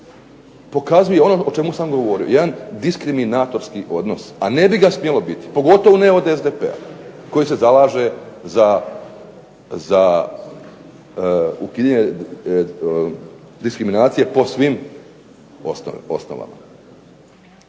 pokazuje ono o čemu sam govorio, jedan diskriminatorski odnos, a ne bi ga smjelo biti, pogotovo ne od SDP-a koji se zalaže za ukidanje diskriminacije po svim osnovama.